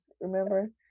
remember